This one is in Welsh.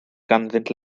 ganddynt